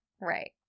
right